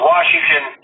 Washington